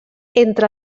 entre